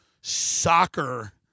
soccer